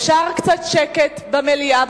אפשר קצת שקט במליאה,